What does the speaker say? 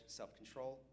self-control